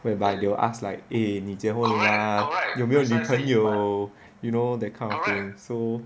whereby they will ask like eh 你结婚了吗有没有女朋友 you know that kind of thing so